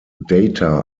data